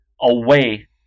away